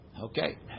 Okay